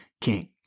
king